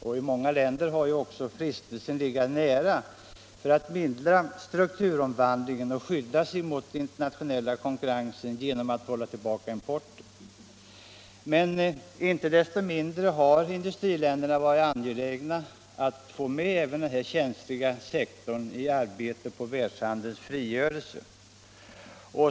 För många länder har också frestelsen legat nära att mildra strukturomvandlingen och skydda sig mot den internationella konkurrensen genom att hålla tillbaka importen. Men inte desto mindre har industriländerna varit angelägna om att få med även denna känsliga sektor i arbetet på världshandelns frigörelse.